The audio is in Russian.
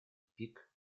тупик